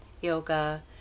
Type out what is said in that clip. yoga